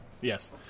Yes